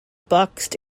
boxed